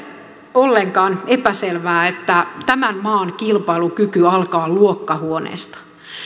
ollenkaan epäselvää että tämän maan kilpailukyky alkaa luokkahuoneesta